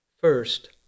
First